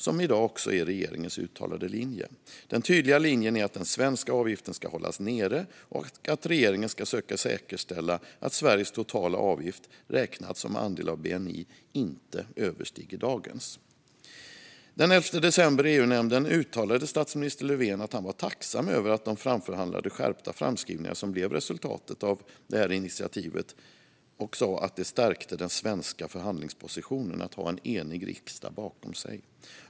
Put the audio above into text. Den är också regeringens uttalade linje i dag. Den tydliga linjen är att den svenska avgiften ska hållas nere och att regeringen ska försöka säkerställa att Sveriges totala avgift, som andel av bni, inte överstiger dagens. Den 11 december i EU-nämnden uttalade statsminister Löfven att han var tacksam över de framförhandlade skärpta framskrivningar som blev resultatet av initiativet. Han sa att det stärkte den svenska förhandlingspositionen att ha en enig riksdag bakom sig.